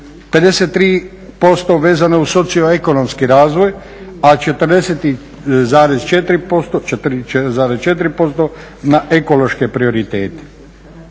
53% vezane uz socioekonomski razvoj, a 44,4% na ekološke prioritete.